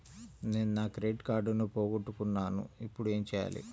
నేను నా క్రెడిట్ కార్డును పోగొట్టుకున్నాను ఇపుడు ఏం చేయాలి?